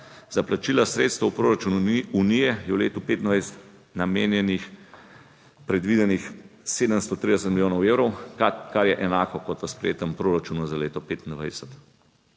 Za plačila sredstev v proračunu Unije je v letu 2025 namenjenih predvidenih 730 milijonov evrov, kar je enako kot v sprejetem proračunu za leto 2025.